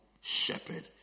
shepherd